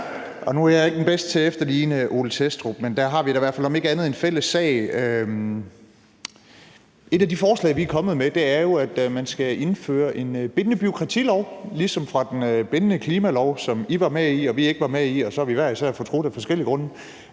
Nu er jeg ikke den bedste til at efterligne Ole Thestrup, men der har vi da i hvert fald om ikke andet en fælles sag. Et af de forslag, vi er kommet med, er jo, at man skal indføre en bindende bureaukratilov – tilsvarende den bindende klimalov, som I var med i og vi ikke var med i, og så har vi hver især fortrudt af forskellige grunde